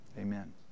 Amen